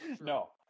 No